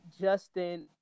Justin